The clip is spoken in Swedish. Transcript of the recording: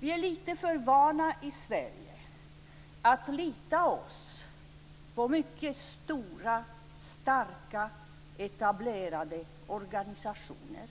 Vi är i Sverige lite för vana att förlita oss på mycket stora, starka och etablerade organisationer